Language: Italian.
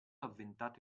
avventato